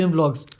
Vlogs